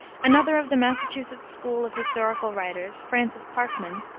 another of the massachusetts school of historical writers, francis parkman,